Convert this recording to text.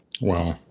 Wow